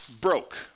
broke